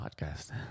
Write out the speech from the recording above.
podcast